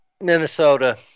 Minnesota